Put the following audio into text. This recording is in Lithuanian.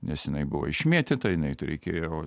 nes jinai buvo išmėtyta jinai t reikėjo